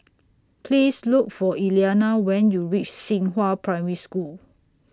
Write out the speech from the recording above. Please Look For Elliana when YOU REACH Xinghua Primary School